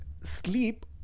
sleep